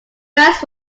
first